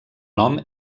nom